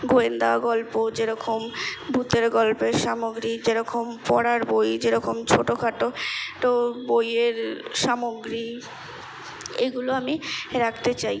গোয়েন্দা গল্প যেরকম ভূতের গল্পের সামগ্রী যেরকম পড়ার বই যেরকম ছোটো খাটো টো বইয়ের সামগ্রী এগুলো আমি রাখতে চাই